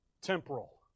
Temporal